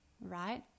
right